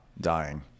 dying